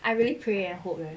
I really pray and hope eh